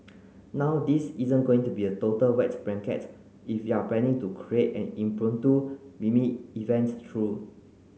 now this isn't going to be a total wet blanket if you're planning to create an impromptu meme event though